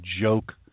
joke